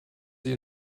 sie